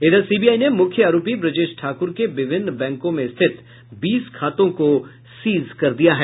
इधर सीबीआई ने मुख्य आरोपी ब्रजेश ठाकुर के विभिन्न बैंकों में स्थित बीस खातों को सीज कर दिया है